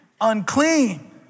unclean